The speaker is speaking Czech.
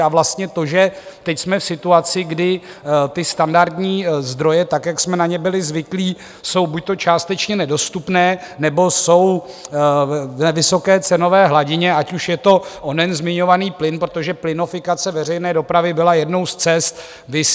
A vlastně to, že teď jsme v situaci, kdy ty standardní zdroje tak, jak jsme na ně byli zvyklí, jsou buďto částečně nedostupné nebo jsou ve vysoké cenové hladině, ať už je to onen zmiňovaný plyn, protože plynofikace veřejné dopravy byla jednou z cest kdysi.